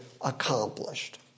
accomplished